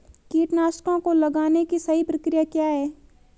कीटनाशकों को लगाने की सही प्रक्रिया क्या है?